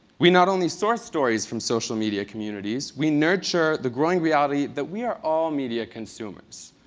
we not only source stories from social media communities, we nurture the growing reality that we are all media consumers.